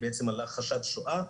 הכחשת שואה,